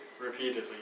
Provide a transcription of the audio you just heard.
repeatedly